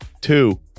Two